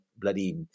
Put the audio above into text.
bloody